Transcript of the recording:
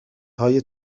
های